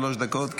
שלוש דקות,